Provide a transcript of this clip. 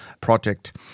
project